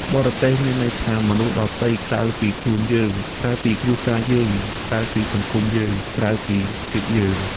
បរទេស មានន័យថា មនុស្សដទៃក្រៅពីខ្លួនយើង ក្រៅពីគ្រួសារយើង ក្រៅពីសង្គមយើង ក្រៅពីជាតិយើង។